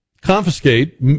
confiscate